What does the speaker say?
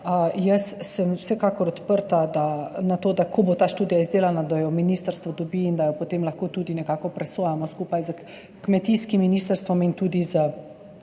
jaz sem vsekakor odprta za to, da ko bo ta študija izdelana, da jo ministrstvo dobi in da jo potem lahko tudi nekako presojamo skupaj s kmetijskim ministrstvom in tudi z